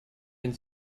wenn